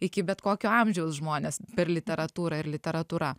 iki bet kokio amžiaus žmonės per literatūrą ir literatūra